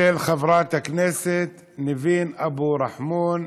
מס' 11428, של חברת הכנסת ניבין אבו רחמון.